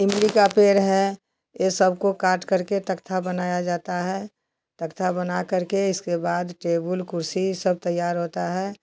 इमली का पेड़ है ये सब को काटकर के तकथा बनाया जाता है तकथा बनाकर के इसके बाद टेबुल कुर्सी सब तैयार होता है